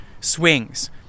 swings